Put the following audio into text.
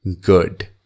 Good